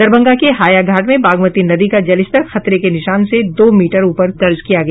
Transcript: दरभंगा के हाया घाट में बागमती नदी का जलस्तर खतरे के निशान से दो मीटर ऊपर दर्ज किया गया